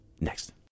next